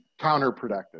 counterproductive